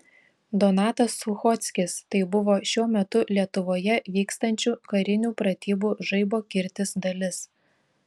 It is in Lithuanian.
donatas suchockis tai buvo šiuo metu lietuvoje vykstančių karinių pratybų žaibo kirtis dalis